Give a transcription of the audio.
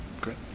Great